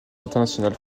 international